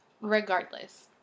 regardless